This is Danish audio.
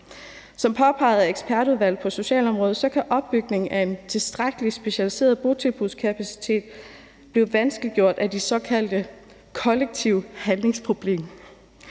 Som påpeget af ekspertudvalget på socialområdet kan opbygningen af en tilstrækkelig specialiseret botilbudskapacitet blive vanskeliggjort af det såkaldte kollektive handlingsproblem.